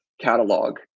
catalog